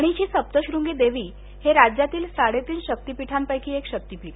वणीची सप्तशृंगी देवी हे राज्यातील साडेतीन शक्ती पीठांपैकी एक शक्तीपीठ